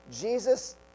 Jesus